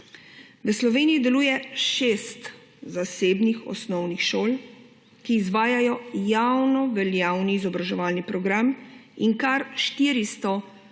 V Sloveniji deluje šest zasebnih osnovnih šol, ki izvajajo javnoveljavni izobraževani program, in kar 448